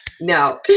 No